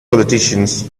politicians